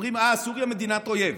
אומרים: אה, סוריה מדינת אויב.